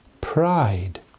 pride